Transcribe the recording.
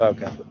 Okay